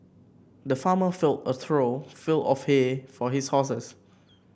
the farmer filled a trough full of hay for his horses